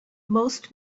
most